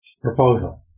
proposal